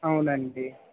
అవునండి